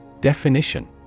Definition